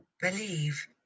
believe